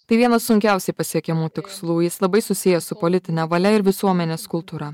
tai vienas sunkiausiai pasiekiamų tikslų jis labai susijęs su politine valia ir visuomenės kultūra